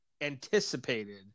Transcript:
anticipated